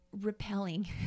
repelling